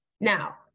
Now